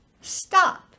stop